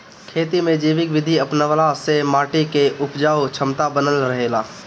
खेती में जैविक विधि अपनवला से माटी के उपजाऊ क्षमता बनल रहेला